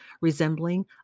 resembling